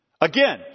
Again